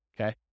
okay